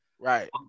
Right